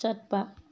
ꯆꯠꯄ